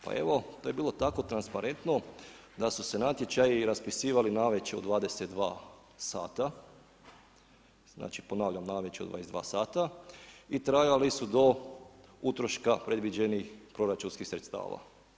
Pa evo, to je bilo tako transparentno da su se natječaji raspisivali navečer u 22 sata, znači ponavljam navečer u 22 sata i trajali su do utroška predviđenih proračunskih sredstava.